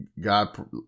God